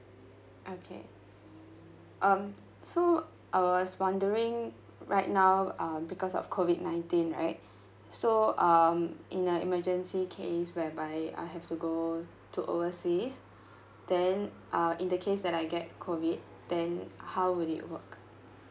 okay um so I was wondering right now uh because of COVID nineteen right so um in an emergency case whereby I have to go to overseas then uh in the case that I get COVID then how will it work